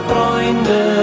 Freunde